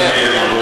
אדוני